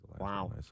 Wow